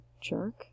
jerk